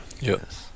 yes